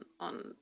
on